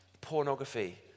pornography